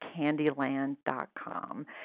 candyland.com